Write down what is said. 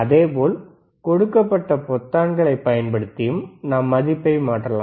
அதேபோல் கொடுக்கப்பட்ட பொத்தான்களைப் பயன்படுத்தியும் நாம் மதிப்பை மாற்றலாம்